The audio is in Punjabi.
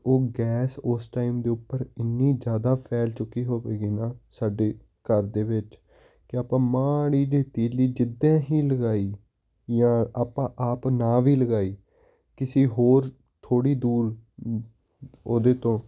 ਉਹ ਗੈਸ ਉਸ ਟਾਈਮ ਦੇ ਉੱਪਰ ਇੰਨੀ ਜ਼ਿਆਦਾ ਫੈਲ ਚੁੱਕੀ ਹੋਵੇਗੀ ਨਾ ਸਾਡੇ ਘਰ ਦੇ ਵਿੱਚ ਕਿ ਆਪਾਂ ਮਾੜੀ ਜਿਹੀ ਤੀਲੀ ਜਿੱਦਾਂ ਹੀ ਲਗਾਈ ਜਾਂ ਆਪਾਂ ਆਪ ਨਾ ਵੀ ਲਗਾਈ ਕਿਸੇ ਹੋਰ ਥੋੜ੍ਹੀ ਦੂਰ ਉਹਦੇ ਤੋਂ